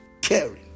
caring